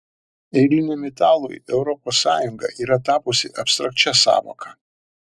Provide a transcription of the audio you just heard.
eiliniam italui europos sąjunga yra tapusi abstrakčia sąvoka